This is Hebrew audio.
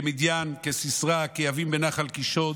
"כמדין כסיסרא כיבין בנחל קישון.